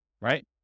right